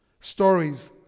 Stories